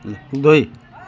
दुई